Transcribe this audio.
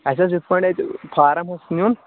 اَسہِ حظ یِتھ پٲٹھۍ اَتہِ فارم اوس نیُن